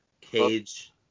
Cage